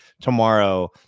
tomorrow